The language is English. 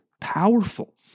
powerful